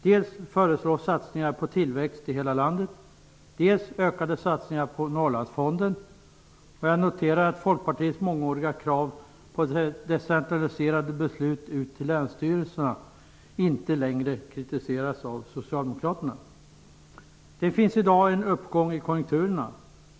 Det föreslås satsningar på tillväxt i hela landet och ökade satsningar på Norrlandsfonden. Jag noterar att Folkpartiets mångåriga krav på att beslut skall decentraliseras ut till länsstyrelserna inte längre kritiseras av Socialdemokraterna. Det finns i dag en uppgång i konjunkturerna.